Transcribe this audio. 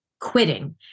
quitting